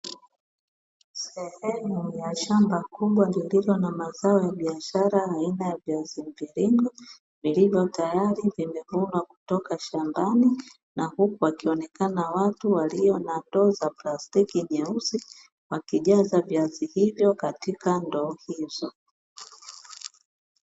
Sehemu ya shamba kubwa lililo na mazao ya biashara aina ya viazi mviringo, vilivyo tayari vimevunwa kutoka shambani, na huku wakionekana watu walio na ndoo za plastiki nyeusi, wakijaza viazi hivyo katika ndoo hizo.